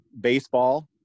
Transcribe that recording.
baseball –